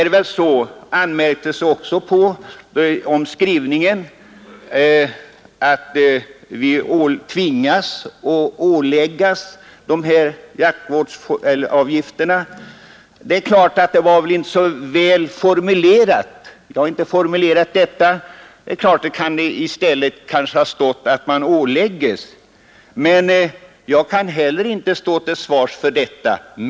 Det anmärktes också på skrivningen att vi tvingas att erlägga de här jaktvårdsavgifterna. Det var kanske inte så väl formulerat — jag har inte formulerat detta. Det kunde kanske i stället ha stått att man ålägges. Jag kan inte heller stå till svars för detta.